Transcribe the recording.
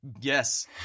Yes